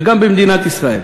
וגם מדינת ישראל.